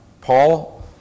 Paul